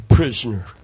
prisoner